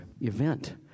event